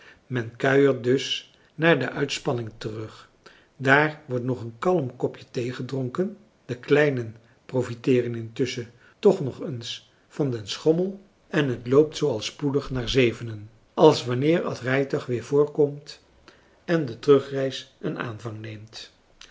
men kuiert dus naar de uitspanning terug daar wordt nog een kalm kopje thee gedronken de kleinen profiteeren intusschen toch nog eens van den schommel en het loopt zoo al spoedig naar zevenen als wanneer het rijtuig weer voorkomt en de terugreis een aanvang neemt